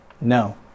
No